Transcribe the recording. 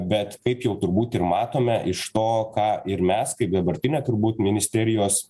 bet kaip jau turbūt ir matome iš to ką ir mes kaip dabartinė turbū ministerijos